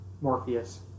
Morpheus